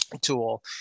tool